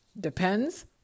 depends